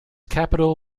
capital